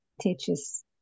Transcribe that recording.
teaches